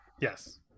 Yes